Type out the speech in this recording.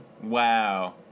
wow